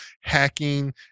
hacking